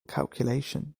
calculation